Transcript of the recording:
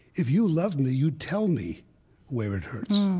if you loved me, you'd tell me where it hurts